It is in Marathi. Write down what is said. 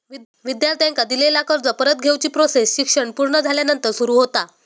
विद्यार्थ्यांका दिलेला कर्ज परत घेवची प्रोसेस शिक्षण पुर्ण झाल्यानंतर सुरू होता